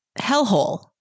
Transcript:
hellhole